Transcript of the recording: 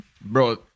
Bro